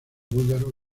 búlgaro